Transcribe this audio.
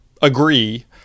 agree